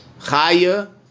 Chaya